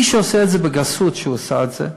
מי שעושה את זה בגסות, כמו שהוא עשה את זה,